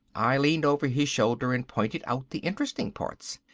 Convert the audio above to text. i leaned over his shoulder and pointed out the interesting parts.